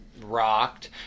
rocked